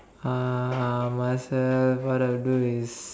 uh myself what I'll do is